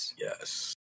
yes